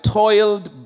toiled